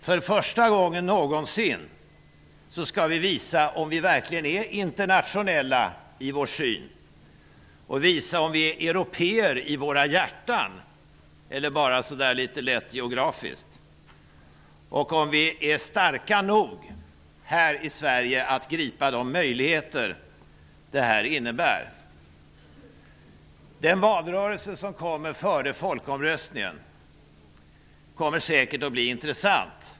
För första gången någonsin skall vi visa om vi verkligen är internationella i vår syn och visa om vi är européer i våra hjärtan eller bara så där litet lätt geografiskt, vidare om vi är starka nog här i Sverige att ''gripa'' de möjligheter ett medlemskap innebär. Den valrörelse som kommer inför folkomröstningen kommer säkert att bli intressant.